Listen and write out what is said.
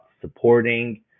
supporting